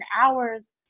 hours